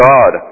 God